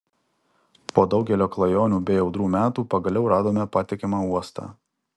po daugelio klajonių bei audrų metų pagaliau radome patikimą uostą